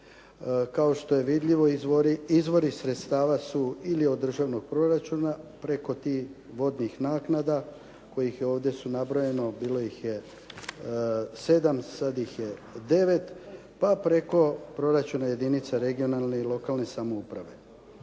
Kao što je vidljivo izvori sredstava su ili od državnog proračuna preko tih vodnih naknada kojih je ovdje nabrojeno bilo ih je 7 sada ih je 9, pa preko proračuna jedinica regionalne i lokalne samouprave.